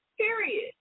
period